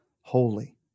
holy